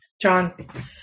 John